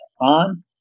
on